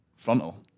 frontal